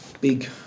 Big